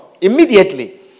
Immediately